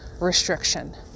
restriction